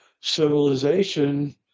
civilization